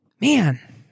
man